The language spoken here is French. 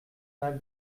mal